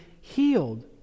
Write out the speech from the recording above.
healed